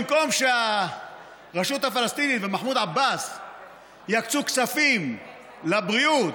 אבל במקום שהרשות הפלסטינית ומחמוד עבאס יקצו כספים לבריאות,